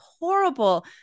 horrible